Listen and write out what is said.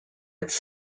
its